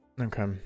Okay